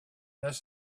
this